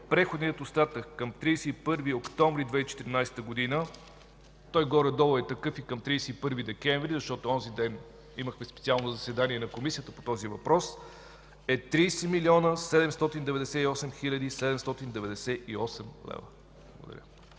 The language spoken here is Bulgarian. преходният остатък към 31 октомври 2014 г. – той горе-долу е такъв и към 31 декември, защото онзи ден имахме специално заседание на Комисията по този въпрос – е 30 млн. 798 хил. 798 лв.